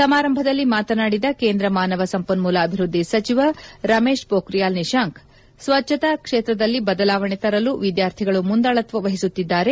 ಸಮಾರಂಭದಲ್ಲಿ ಮಾತನಾಡಿದ ಕೇಂದ್ರ ಮಾನವ ಸಂಪನ್ಮೂಲ ಅಭಿವೃದ್ಧಿ ಸಚಿವ ರಮೇಶ್ ಪೊಖ್ರಿಯಾರ್ ನಿಶಾಂಕ್ ಸ್ವಚ್ಛತಾ ಕ್ಷೇತ್ರದಲ್ಲಿ ಬದಲಾವಣೆ ತರಲು ವಿದ್ಯಾರ್ಥಿಗಳು ಮುಂದಾಳತ್ವ ವಹಿಸುತ್ತಿದ್ದಾರೆ